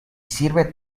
sirve